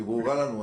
היא ברורה לנו.